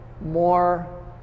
more